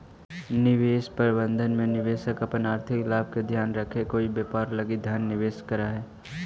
निवेश प्रबंधन में निवेशक अपन आर्थिक लाभ के ध्यान रखके कोई व्यापार लगी धन निवेश करऽ हइ